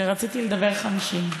שרציתי לדבר 50,